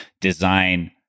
design